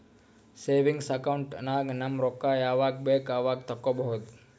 savings account ನಾಗ್ ನಮ್ ರೊಕ್ಕಾ ಯಾವಾಗ ಬೇಕ್ ಅವಾಗ ತೆಕ್ಕೋಬಹುದು